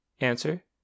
Answer